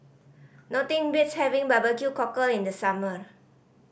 nothing beats having barbecue cockle in the summer